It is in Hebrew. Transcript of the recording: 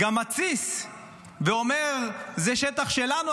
אלא גם מתסיס ואומר: זה שטח שלנו,